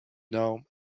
know